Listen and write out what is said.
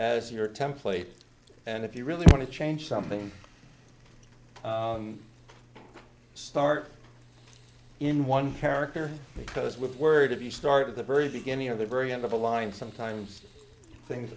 as your template and if you really want to change something start in one character because with word if you start at the very beginning of the very end of a line sometimes things